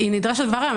היא נדרשת כבר היום.